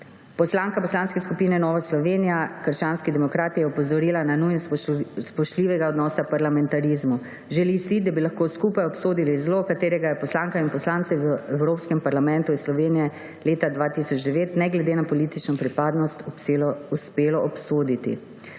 Poslanka Poslanske skupine Nova Slovenija – krščanski demokrati je opozorila na nujnost spoštljivega odnosa v parlamentarizmu. Želi si, da bi lahko skupaj obsodili zlo, ki ga je poslankam in poslancem v Evropskem parlamentu iz Slovenije leta 2009 ne glede na politično pripadnost uspelo obsoditi.